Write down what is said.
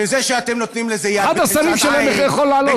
אחד השרים שלכם יכול לעלות.